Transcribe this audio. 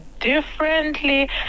differently